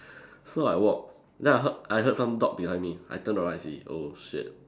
so I walk then I heard I heard some dog behind me I turn around I see oh shit